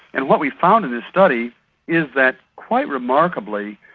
and what we found in this study is that, quite remarkably,